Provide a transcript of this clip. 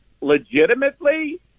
legitimately